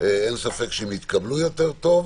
אין ספק שהם יתקבלו יותר טוב,